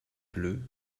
bleus